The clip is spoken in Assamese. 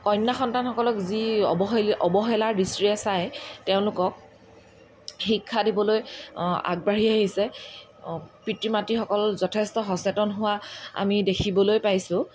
কন্যা সন্তানসকলক যি অৱহেলি অৱহেলাৰ দৃষ্টিৰে চাই তেওঁলোকক শিক্ষা দিবলৈ আগবাঢ়ি আহিছে পিতৃ মাতৃসকল যথেষ্ট সচেতন হোৱা আমি দেখিবলৈ পাইছোঁ